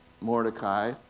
Mordecai